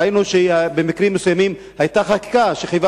ראינו שבמקרים מסוימים היתה חקיקה שחייבה